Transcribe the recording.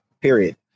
period